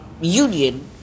union